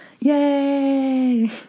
Yay